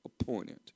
appointed